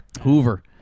Hoover